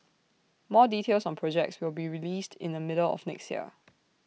more details on projects will be released in the middle of next year